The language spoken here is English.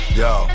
yo